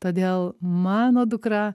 todėl mano dukra